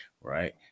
right